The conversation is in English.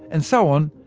and so on,